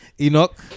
Enoch